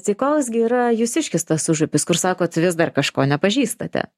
tai koks gi yra jūsiškis tas užupis kur sakot vis dar kažko nepažįstate